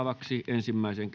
ensimmäiseen